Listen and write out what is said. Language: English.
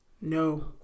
No